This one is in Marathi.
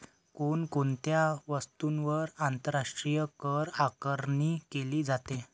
कोण कोणत्या वस्तूंवर आंतरराष्ट्रीय करआकारणी केली जाते?